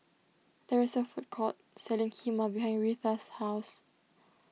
there is a food court selling Kheema behind Reatha's house